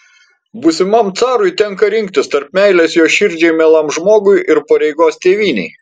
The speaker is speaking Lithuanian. būsimam carui tenka rinktis tarp meilės jo širdžiai mielam žmogui ir pareigos tėvynei